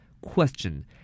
Question